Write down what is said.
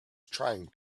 trying